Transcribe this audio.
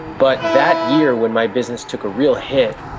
but that year when my business took a real hit,